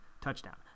touchdown